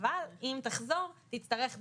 אבל אם תחזור תצטרך בידוד.